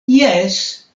jes